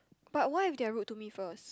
but why they are rude to me first